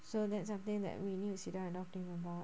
so that's something that we need to sit down and not think about